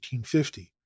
1850